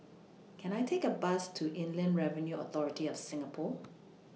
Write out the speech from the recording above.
Can I Take A Bus to Inland Revenue Authority of Singapore